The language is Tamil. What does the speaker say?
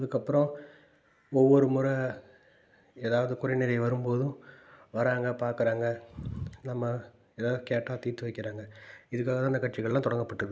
அதுக்கப்புறம் ஒவ்வொரு முறை ஏதாவது குறைநிறை வரும்போதும் வராங்க பார்க்குறாங்க நம்ம ஏதாவது கேட்டால் தீர்த்து வைக்கிறாங்க இதுக்காக தான் இந்த கட்சிகளெல்லாம் தொடங்கப்பட்டிருக்கு